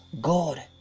God